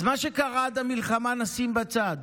אז מה שקרה עד המלחמה נשים בצד,